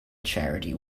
charity